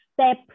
step